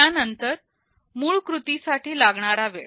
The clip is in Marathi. त्यानंतर मूळकृती साठी लागणारा वेळ